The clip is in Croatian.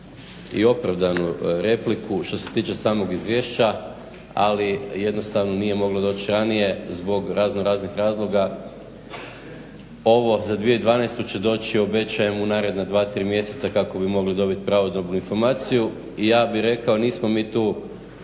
i opravdanu repliku što se tiče samog izvješća, ali jednostavno nije moglo doći ranije zbog raznoraznih razloga. Ovo za 2012. će doći obećajem u naredna 2, 3 mjeseca kako bi mogli dobit pravodobnu informaciju i ja bih rekao nismo mi tu,